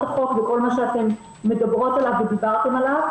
החוק וכל מה שאתן מדברות ודיברתן עליו,